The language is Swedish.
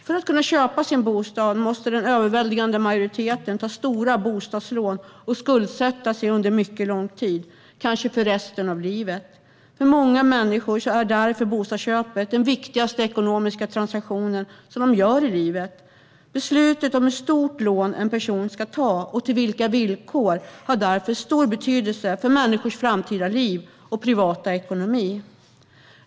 För att kunna köpa sin bostad måste den överväldigande majoriteten ta stora bostadslån och skuldsätta sig under mycket lång tid, kanske för resten av livet. För många människor är därför bostadsköpet den viktigaste ekonomiska transaktion som de gör i livet. Beslutet om hur stort lån en person ska ta och på vilka villkor har därför stor betydelse för människors framtida liv och privata ekonomi.